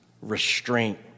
restraint